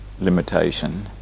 limitation